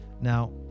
now